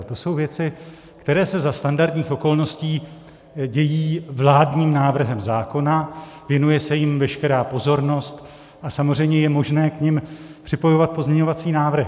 To jsou věci, které se za standardních okolností dějí vládním návrhem zákona, věnuje se jim veškerá pozornost a samozřejmě je možné k nim připojovat pozměňovací návrhy.